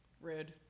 rude